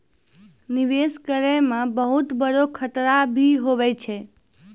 निवेश करै मे बहुत बड़ो खतरा भी हुवै छै